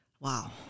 Wow